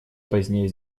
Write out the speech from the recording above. позднее